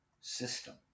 system